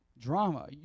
drama